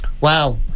wow